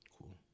Cool